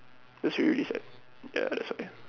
that's really sad ya that's why